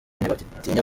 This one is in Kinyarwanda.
ntibatinya